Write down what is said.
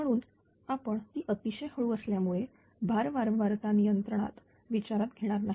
म्हणून आपण ती अतिशय हळू असल्यामुळे भार वारंवारता नियंत्रणात विचारात घेणार नाही